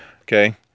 Okay